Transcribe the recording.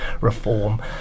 reform